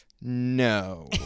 no